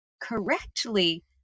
correctly